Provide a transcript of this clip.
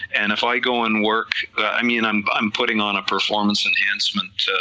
and if i go and work, i mean i'm i'm putting on a performance enhancement